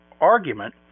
argument